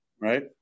Right